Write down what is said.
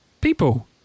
people